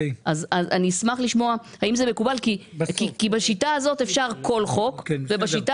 אני אשמח לשמוע האם זה מקובל כי בשיטה הזאת אפשר כל חוק ובשיטה